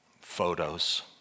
photos